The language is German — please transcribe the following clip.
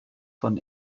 von